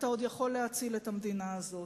אתה עוד יכול להציל את המדינה הזאת.